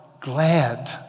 glad